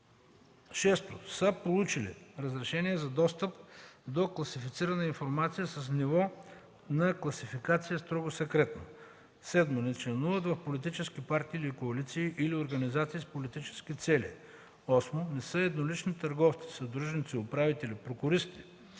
6. са получили разрешение за достъп до класифицирана информация с ниво на класификация „Строго секретно”; 7. не членуват в политически партии или коалиции или организации с политически цели; 8. не са еднолични търговци, съдружници, управители, прокуристи